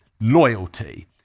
loyalty